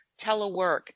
telework